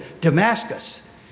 Damascus